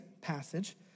passage